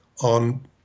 on